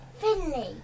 Finley